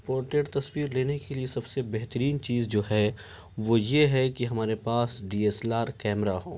portrait تصویر لینے کے لیے سب سے بہترین چیز جو ہے وہ یہ ہے کہ ہمارے پاس D S L R camera ہو